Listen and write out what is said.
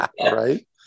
Right